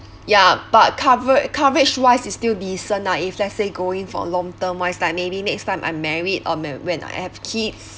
ya but cover~ coverage wise is still decent lah if let's say going for long term wise like maybe next time I'm married or may~ when I have kids